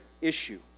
issue